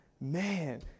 Man